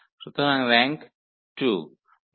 সুতরাং র্যাঙ্ক 2